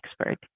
expert